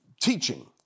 teaching